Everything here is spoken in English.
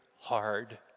hard